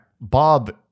Bob